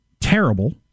terrible